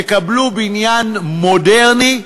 יקבלו בניין מודרני,